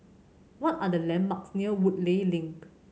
what are the landmarks near Woodleigh Link